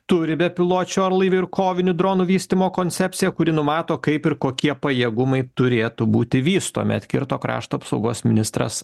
turi bepiločių orlaivių ir kovinių dronų vystymo koncepciją kuri numato kaip ir kokie pajėgumai turėtų būti vystomi atkirto krašto apsaugos ministras